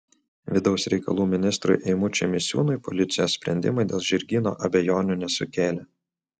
vidaus reikalų ministrui eimučiui misiūnui policijos sprendimai dėl žirgyno abejonių nesukėlė